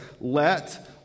let